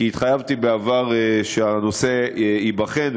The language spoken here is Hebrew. כי התחייבתי בעבר שהנושא ייבחן,